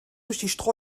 durch